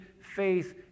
faith